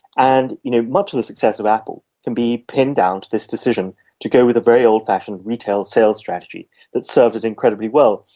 and you know much of the success of apple can be pinned down to this decision to go with a very old-fashioned retail sales strategy that served it incredibly well.